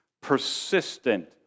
persistent